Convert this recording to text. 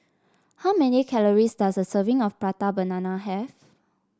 how many calories does a serving of Prata Banana have